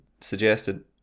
suggested